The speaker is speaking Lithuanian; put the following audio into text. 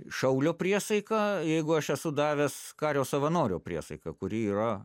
šaulio priesaiką jeigu aš esu davęs kario savanorio priesaiką kuri yra